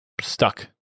stuck